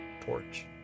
porch